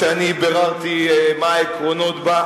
כשאני ביררתי מה העקרונות בה,